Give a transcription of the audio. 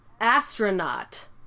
Astronaut